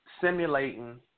simulating